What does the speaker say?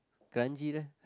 kranji there